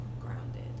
grounded